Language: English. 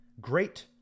great